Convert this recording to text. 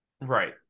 Right